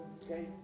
okay